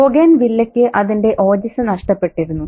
ബൊഗെയ്ൻവില്ലയ്ക്ക് അതിന്റെ ഓജസ് നഷ്ടപ്പെട്ടിരുന്നു